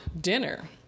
dinner